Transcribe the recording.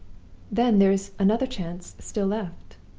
then there is another chance still left.